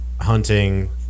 hunting